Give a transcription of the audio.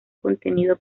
contenido